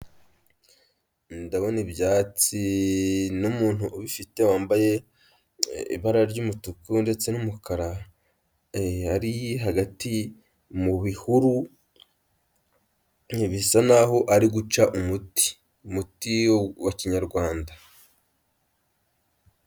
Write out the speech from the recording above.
Ndabona ibyatsi n'umuntu ubifite wambaye ibara ry'umutuku ndetse n'umukara, ari hagati mu bihuru bisa naho ari guca umuti, muti wa kinyarwanda.